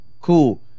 cool